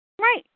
Right